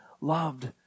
loved